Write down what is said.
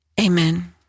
Amen